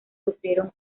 sufrieron